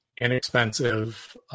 inexpensive